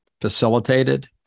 facilitated